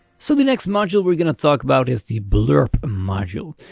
so the next module we're going to talk about is the blurb module.